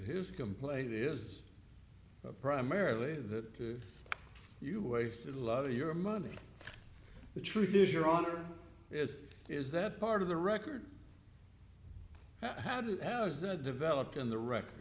his complaint is primarily that you wasted a lot of your money the truth is your honor it is that part of the record how did ours that developed in the record